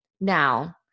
Now